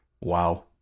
Wow